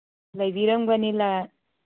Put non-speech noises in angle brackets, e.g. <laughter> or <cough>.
ꯂꯩꯕꯤꯔꯝꯒꯅꯤ <unintelligible>